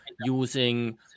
using